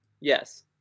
Yes